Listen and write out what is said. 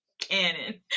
Cannon